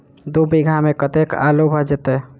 दु बीघा मे कतेक आलु भऽ जेतय?